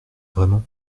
vraiment